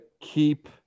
keep